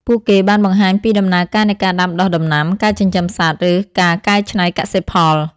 ពួកគេបានបង្ហាញពីដំណើរការនៃការដាំដុះដំណាំ ការចិញ្ចឹមសត្វ ឬការកែច្នៃកសិផល។